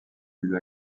lui